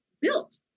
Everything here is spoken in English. built